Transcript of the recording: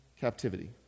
captivity